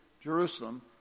Jerusalem